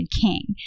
king